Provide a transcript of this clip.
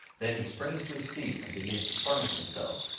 then he springs to his feet and begins to torment himself,